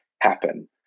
happen